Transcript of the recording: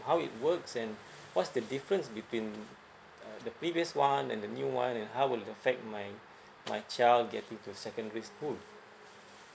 how it works and what's the difference between uh the previous one and the new one then how would affect my my child getting to secondary school